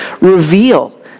reveal